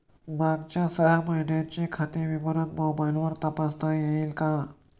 मागच्या सहा महिन्यांचे खाते विवरण मोबाइलवर तपासता येईल का?